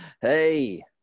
hey